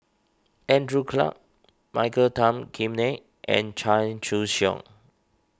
Andrew Clarke Michael Tan Kim Nei and Chan Choy Siong